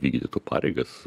vykdytų pareigas